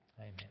Amen